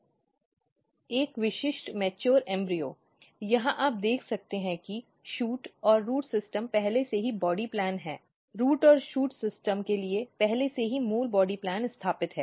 एक विशिष्ट परिपक्व भ्रूण यहां आप देख सकते हैं कि शूट और रूट सिस्टम पहले से ही बॉडी प्लान है रूट और शूट सिस्टम के लिए पहले से ही मूल बॉडी प्लान स्थापित है